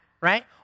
right